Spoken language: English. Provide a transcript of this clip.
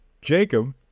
Jacob